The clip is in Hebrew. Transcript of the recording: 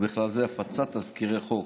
ובכלל זה הפצת תזכירי חוק.